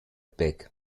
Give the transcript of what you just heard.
peck